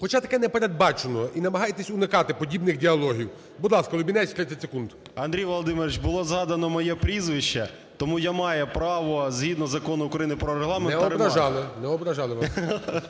Хоча таке не передбачено, і намагайтесь уникати подібних діалогів. Будь ласка, Лубінець, 30 секунд. 12:52:27 ЛУБІНЕЦЬ Д.В. Андрій Володимирович, було згадано моє прізвище, тому я маю право згідно Закону України про Регламент перервати. ГОЛОВУЮЧИЙ. Не ображали, не ображали вас.